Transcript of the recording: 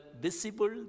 visible